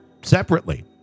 separately